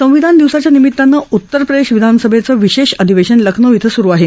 संविधान दिवसाच्या निमितानं उत्तर प्रदेश विधान सभेचं विशेष अधिवेशन लखनौ इथं स्रु आहे